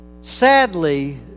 Sadly